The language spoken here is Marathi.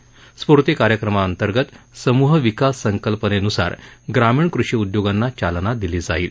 स्फूर्ती कार्यक्रमांतर्गत समूह विकास संकल्पनेनुसार ग्रामीण कृषी उद्योगांना चालना दिली जाईल